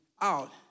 out